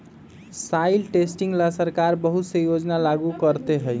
soil testing ला सरकार बहुत से योजना लागू करते हई